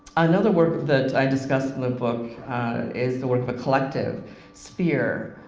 another work that i discuss in the book is the work of a collective sphere.